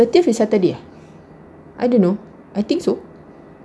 thirtieth is saturday eh I don't know I think so